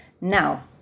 now